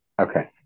okay